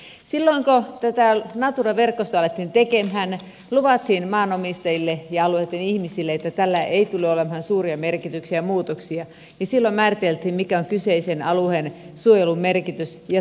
silloin kun tätä natura verkostoa alettiin tekemään luvattiin maanomistajille ja alueitten ihmisille että tällä ei tule olemaan suuria merkityksiä eikä tule suuria muutoksia ja silloin määriteltiin mikä on kyseisen alueen suojelun merkitys ja tarkoitus